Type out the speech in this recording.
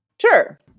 Sure